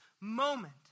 moment